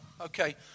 Okay